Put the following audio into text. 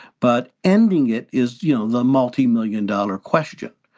but ending it is, you know, the multi-million dollar question,